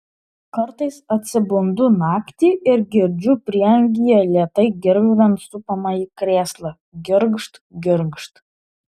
kartais atsibundu naktį ir girdžiu prieangyje lėtai girgždant supamąjį krėslą girgžt girgžt